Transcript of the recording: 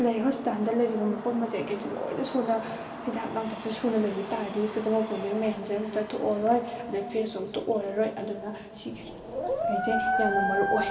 ꯂꯩ ꯍꯣꯁꯄꯤꯇꯥꯜꯗ ꯂꯩꯔꯤꯕ ꯃꯄꯣꯠ ꯃꯆꯩꯈꯩꯁꯦ ꯂꯣꯏꯅ ꯁꯨꯅ ꯍꯤꯗꯥꯛ ꯂꯥꯡꯊꯛꯁꯦ ꯁꯨꯅ ꯂꯩꯕꯤꯇꯥꯔꯗꯤ ꯁꯤꯒꯨꯝꯕ ꯄ꯭ꯔꯣꯕ꯭ꯂꯦꯝ ꯃꯌꯥꯝꯁꯦ ꯑꯃꯇ ꯊꯣꯛꯑꯔꯣꯏ ꯑꯗꯩ ꯐꯦꯁꯁꯨ ꯑꯝꯇ ꯑꯣꯏꯔꯔꯣꯏ ꯑꯗꯨꯅ ꯁꯤꯒꯩꯁꯦ ꯌꯥꯝꯅ ꯃꯔꯨ ꯑꯣꯏ